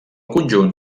conjunt